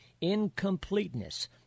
incompleteness